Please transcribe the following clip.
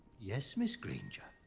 yes, miss granger.